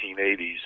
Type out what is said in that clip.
1980s